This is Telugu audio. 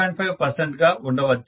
5 పర్సెంట్ గా ఉండవచ్చు